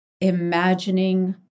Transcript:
imagining